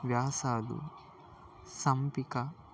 వ్యాసాలు ఎంపిక